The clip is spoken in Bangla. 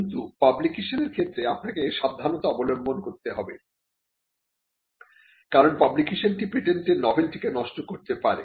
কিন্তু পাবলিকেশন এর ক্ষেত্রে আপনাকে সাবধানতা অবলম্বন করতে হবে কারণ পাবলিকেশনটি পেটেন্টের নভেলটিকে নষ্ট করতে পারে